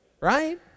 Right